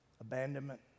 Abandonment